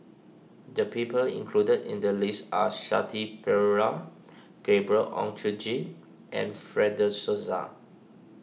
the people included in the list are Shanti Pereira Gabriel Oon Chong Jin and Fred De Souza